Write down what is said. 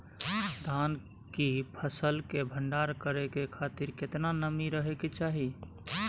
धान की फसल के भंडार करै के खातिर केतना नमी रहै के चाही?